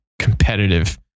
competitive